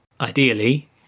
ideally